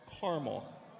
caramel